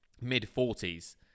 mid-40s